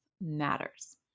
matters